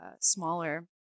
smaller